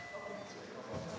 Tak